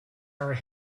our